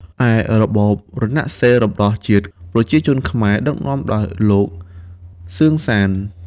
ឯរបប រណសិរ្សរំដោះជាតិប្រជាជនខ្មែរ ដឹកនាំដោយលោក សឺន សាន ។